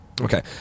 Okay